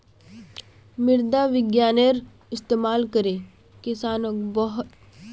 मृदा विग्यानेर इस्तेमाल करे किसानोक बेहतर मित्तिर पहचान कराल जाहा